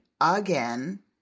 again